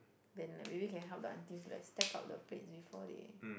then like maybe can help the aunties like stack up the plates before they